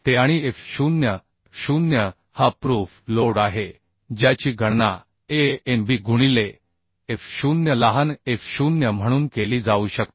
ते आणि F0 F0 हा प्रूफ लोड आहे ज्याची गणना Anb गुणिले f0 लहान f0 म्हणून केली जाऊ शकते